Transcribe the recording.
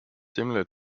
similar